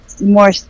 more